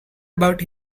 about